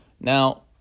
Now